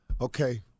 Okay